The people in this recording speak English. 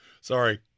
Sorry